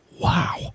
wow